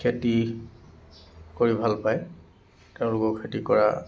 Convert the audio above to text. খেতি কৰি ভাল পায় তেওঁলোকে খেতি কৰা